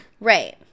Right